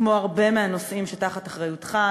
כמו הרבה מהנושאים שתחת אחריותך,